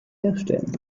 herstellen